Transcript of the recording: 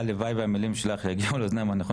הלוואי שהמילים שלך יגיעו לאוזניים הנכונות